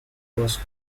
was